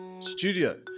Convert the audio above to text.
Studio